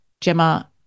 Gemma